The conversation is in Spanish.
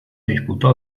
disputó